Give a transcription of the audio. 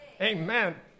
Amen